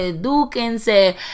eduquense